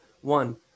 One